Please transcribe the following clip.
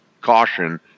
caution